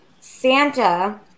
Santa